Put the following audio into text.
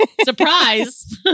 Surprise